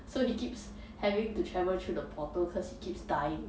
so he keeps having to travel through the portal cause he keeps dying